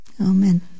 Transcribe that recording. Amen